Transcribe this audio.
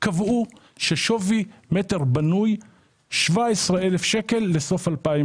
קבעו ששווי מטר בנוי 17,000 שקלים לסוף 2020